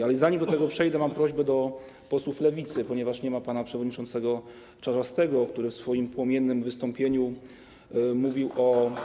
Ale zanim do tego przejdę, mam prośbę do posłów Lewicy, ponieważ nie ma pana przewodniczącego Czarzastego, który w swoim płomiennym wystąpieniu mówił o.